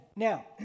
Now